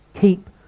Keep